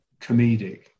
comedic